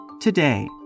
Today